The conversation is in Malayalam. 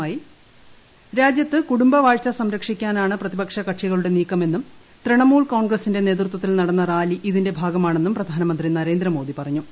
പ്രപധാനമന്ത്രി രാജ്യത്ത് കുടുംബ വാഴ്ച സംരക്ഷിക്കാനാണ് പ്രതിപക്ഷ കക്ഷികളുടെ നീക്കമെന്നും തൃണമൂൽ കോൺഗ്രസിന്റെ നേതൃത്വത്തിൽ നടന്ന റാലി ഇതിന്റെ ഭാഗമാണെന്നും പ്രധാനമന്ത്രി നരേന്ദ്രമോദി പറഞ്ഞു